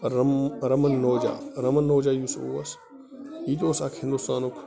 رم رَمَن نوجا رَمَن نوجا یُس اوس یِتہِ اوس اَکھ ہِنٛدوستانُک